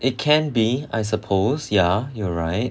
it can be I suppose ya you're right